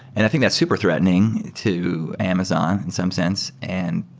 and i think that's super threatening to amazon in some sense. and